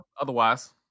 otherwise